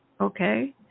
Okay